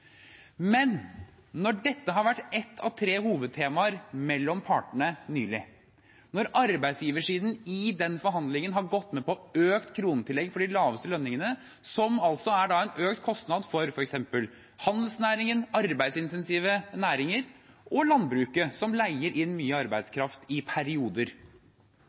Men når dette har vært ett av tre hovedtemaer mellom partene nylig, når arbeidsgiversiden i den forhandlingen har gått med på økt kronetillegg for de laveste lønningene, som altså er en økt kostnad for f.eks. handelsnæringen, arbeidsintensive næringer og landbruket, som leier inn mye arbeidskraft i perioder,